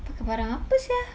pakai barang apa sia